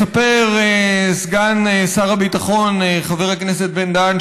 מספר סגן שר הביטחון חבר הכנסת בן-דהן,